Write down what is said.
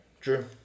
true